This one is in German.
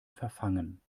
verfangen